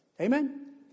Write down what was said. Amen